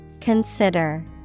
Consider